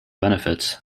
benefits